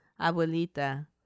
abuelita